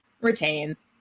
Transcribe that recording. retains